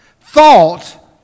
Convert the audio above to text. thought